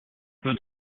peu